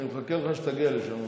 אני מחכה לך שתגיע לשם.